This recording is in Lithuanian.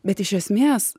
bet iš esmės